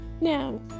Now